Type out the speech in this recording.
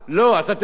לא, אתה תשלם.